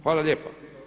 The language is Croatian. Hvala lijepa.